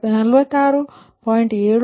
76 ಮತ್ತು 73